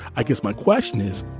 i guess my question is,